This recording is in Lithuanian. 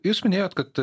jūs minėjot kad